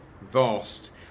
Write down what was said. vast